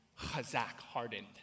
chazak-hardened